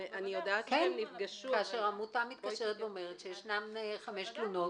כאשר עמותה ואומרת שיש חמש תלונות,